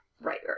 right